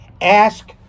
ask